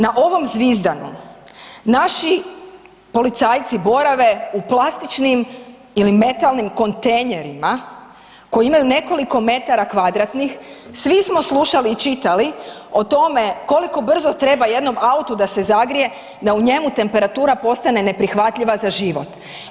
Na ovom zvizdanu naši policajci borave u plastičnim ili metalnim kontejnerima koji imaju nekoliko metara kvadratnih, svi smo slušali i čitali o tome koliko brzo treba jednom autu da se zagrije da u njemu temperatura postane neprihvatljiva za život.